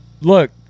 Look